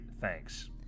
Thanks